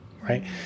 right